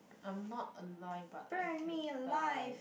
I am not alive but I can die